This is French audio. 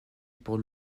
pour